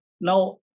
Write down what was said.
now